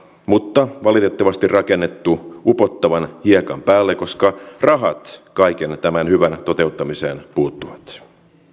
mutta valitettavasti rakennettu upottavan hiekan päälle koska rahat kaiken tämän hyvän toteuttamiseen puuttuvat